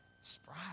spry